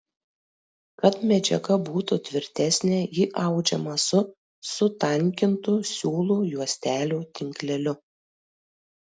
kad medžiaga būtų tvirtesnė ji audžiama su sutankintu siūlų juostelių tinkleliu